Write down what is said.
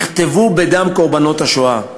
נכתבו בדם קורבנות השואה.